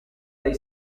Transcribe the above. dei